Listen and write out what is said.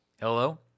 Hello